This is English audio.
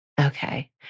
Okay